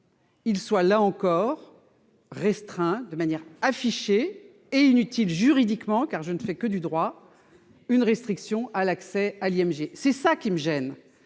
il soit là encore procédé, de manière affichée et inutile juridiquement- car je ne fais que du droit -, à une restriction de l'accès à l'IMG. Voilà ce qui me gêne.